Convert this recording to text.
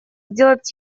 сделать